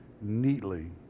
neatly